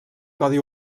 codi